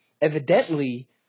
evidently